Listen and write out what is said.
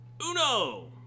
uno